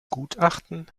gutachten